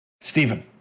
Stephen